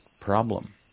problem